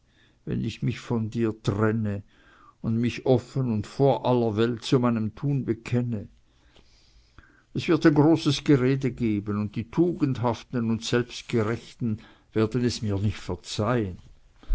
wenn ich mich von dir trenne und mich offen und vor aller welt zu meinem tun bekenne das wird ein groß gerede geben und die tugendhaften und selbstgerechten werden es mir nicht verzeihn